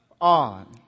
on